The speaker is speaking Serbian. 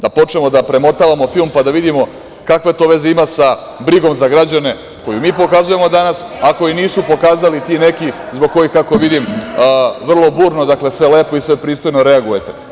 Da počnemo da premotavamo film pa da vidimo kakve to veze ima sa brigom za građane koju mi pokazujemo danas, a koji nisu pokazali ti neki zbog kojih, kako vidim, vrlo burno, sve lepo i sve pristojno reagujete.